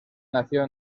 nació